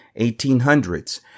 1800s